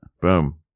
Boom